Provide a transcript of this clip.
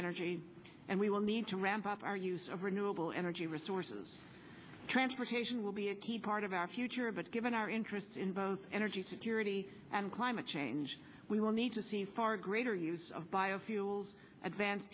energy and we will need to ramp up our use of renewable energy resources transportation will be a key part of our future but given our interest in both energy security and climate change we will need to see far greater use of biofuels advance